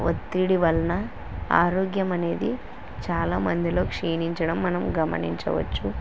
ఒత్తిడి వలన ఆరోగ్య అనేది చాలా మందిలో క్షీణించడం మనం గమనించవచ్చు